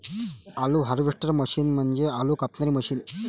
आलू harvester machine म्हणजे आलू कापणारी मशीन